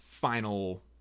final